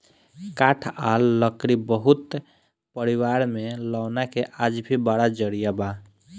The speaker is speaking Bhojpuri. काठ आ लकड़ी बहुत परिवार में लौना के आज भी बड़ा जरिया बा